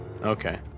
Okay